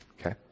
okay